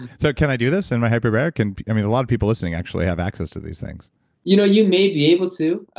so, can i do this in my hyperbaric? and a lot of people listening, actually have access to these things you know, you may be able to.